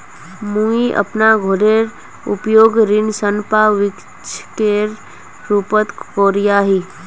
मुई अपना घोरेर उपयोग ऋण संपार्श्विकेर रुपोत करिया ही